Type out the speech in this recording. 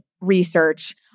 research